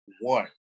one